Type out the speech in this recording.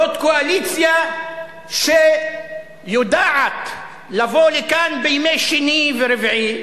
זאת קואליציה שיודעת לבוא לכאן בימי שני ורביעי,